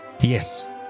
Yes